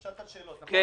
אפשר לשאול שאלות, נכון?